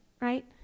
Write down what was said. right